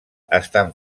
estan